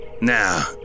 Now